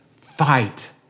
Fight